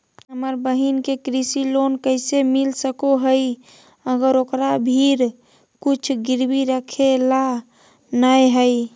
हमर बहिन के कृषि लोन कइसे मिल सको हइ, अगर ओकरा भीर कुछ गिरवी रखे ला नै हइ?